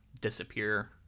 disappear